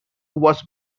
was